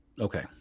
Okay